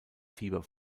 fieber